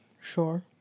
sure